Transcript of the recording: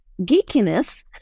geekiness